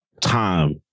time